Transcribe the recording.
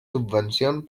subvencions